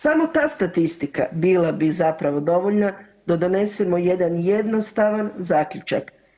Samo ta statistika bila bi zapravo dovoljna da donesemo jedan jednostavan zaključak.